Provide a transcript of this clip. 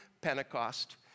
Pentecost